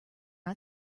not